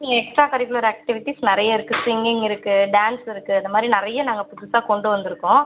extra curricular activities நிறைய இருக்குது singing இருக்குது டான்ஸ் இருக்குது இது மாதிரி நிறைய நாங்கள் புதுசா கொண்டு வந்திருக்கோம்